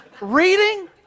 Reading